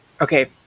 okay